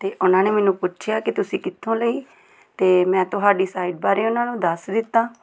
ਅਤੇ ਉਹਨਾਂ ਨੇ ਮੈਨੂੰ ਪੁੱਛਿਆ ਕਿ ਤੁਸੀਂ ਕਿੱਥੋਂ ਲਈ ਅਤੇ ਮੈਂ ਤੁਹਾਡੀ ਸਾਈਟ ਬਾਰੇ ਉਹਨਾਂ ਨੂੰ ਦੱਸ ਦਿੱਤਾ